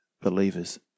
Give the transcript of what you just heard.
believers